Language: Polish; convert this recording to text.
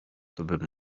tobym